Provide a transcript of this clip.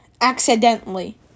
Accidentally